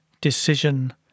Decision